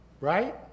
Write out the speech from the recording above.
Right